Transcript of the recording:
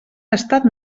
estat